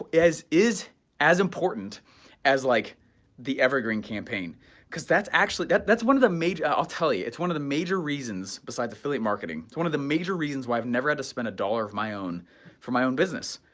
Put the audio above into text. ah as is as important as like the evergreen campaign because that's actually, that's one of the major, i'll tell you, it's one of the major reasons besides affiliate marketing, it's one of the major reasons why i've never had to spend a dollar of my own for my own business.